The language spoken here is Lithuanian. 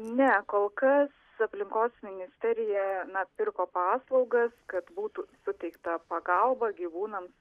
ne kol kas aplinkos ministerija na pirko paslaugas kad būtų suteikta pagalba gyvūnams